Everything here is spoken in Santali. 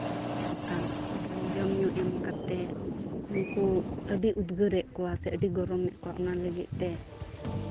ᱛᱟᱨᱯᱚᱨᱮ ᱡᱚᱢ ᱧᱩ ᱮᱢ ᱠᱟᱛᱮᱫ ᱩᱱᱠᱩ ᱟᱹᱰᱤ ᱩᱫᱽᱜᱟᱹᱨ ᱮᱫ ᱠᱚᱣᱟ ᱥᱮ ᱟᱹᱰᱤ ᱜᱚᱨᱚᱢ ᱮᱫ ᱠᱚᱣᱟ ᱚᱱᱟ ᱞᱟᱹᱜᱤᱫ ᱛᱮ